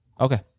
Okay